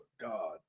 God